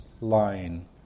line